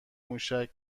موشک